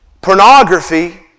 Pornography